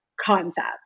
concept